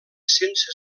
sense